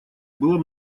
было